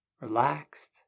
Relaxed